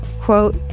Quote